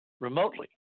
remotely